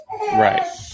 Right